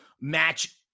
match